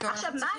עכשיו מה,